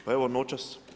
Pa evo noćas.